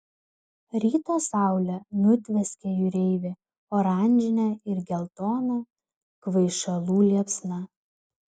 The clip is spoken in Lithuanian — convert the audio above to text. ryto saulė nutvieskė jūreivį oranžine ir geltona kvaišalų liepsna